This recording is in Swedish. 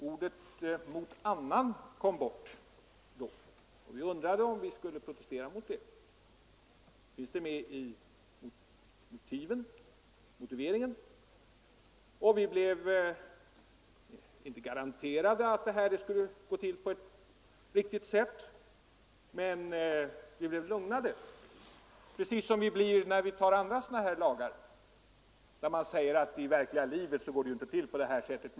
Orden ”mot annan” kom bort då, och vi övervägde om vi skulle protestera mot det. Nu finns det här spörsmålet omnämnt i motiveringen, och även om vi inte blev garanterade att det hela skulle gå till på ett riktigt sätt blev vi lugnade, precis som vi blir när riksdagen antar andra sådana här lagar. Det sägs då: I verkliga livet går det inte till på det här sättet.